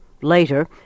Later